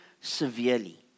severely